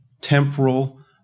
temporal